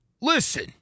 listen